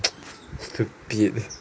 stupid